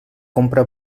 compra